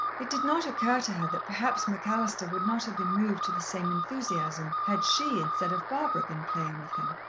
it did not occur to her that perhaps mcallister would not have been moved to the same enthusiasm had she, instead of barbara, been playing with him.